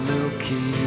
Milky